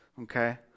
Okay